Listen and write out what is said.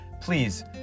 Please